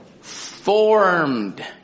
Formed